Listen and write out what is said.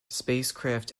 spacecraft